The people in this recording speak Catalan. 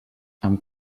amb